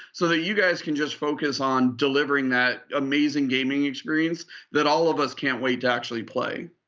so that you guys can just focus on delivering that amazing gaming experience that all of us can't wait to actually play.